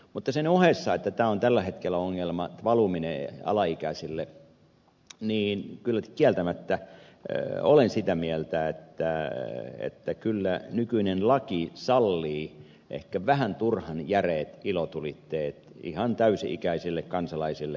mutta sen ohessa että tämä alaikäisille valuminen on tällä hetkellä ongelma niin kieltämättä olen sitä mieltä että kyllä nykyinen laki sallii tuolta kaupan hyllyltä myydä ehkä vähän turhan järeät ilotulitteet ihan täysi ikäisille kansalaisille